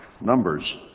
Numbers